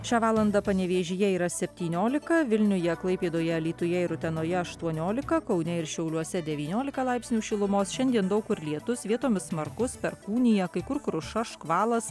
šią valandą panevėžyje yra septyniolika vilniuje klaipėdoje alytuje ir utenoje aštuoniolika kaune ir šiauliuose devyniolika laipsnių šilumos šiandien daug kur lietus vietomis smarkus perkūnija kai kur kruša škvalas